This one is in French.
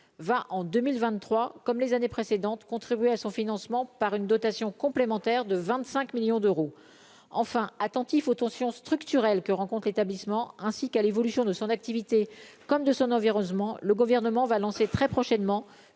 va en 2023, comme les années précédentes, contribuer à son financement par une dotation complémentaire de 25 millions d'euros enfin attentif aux tensions structurelles que rencontre l'établissement ainsi qu'à l'évolution de son activité comme de son environnement, le gouvernement va lancer très prochainement